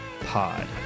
pod